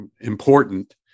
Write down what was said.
important